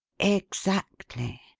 exactly.